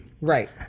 Right